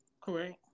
correct